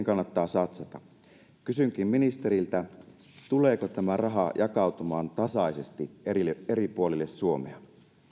kannattaa satsata kysynkin ministeriltä tuleeko tämä raha jakautumaan tasaisesti eri eri puolille suomea